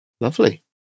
Lovely